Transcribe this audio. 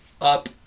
up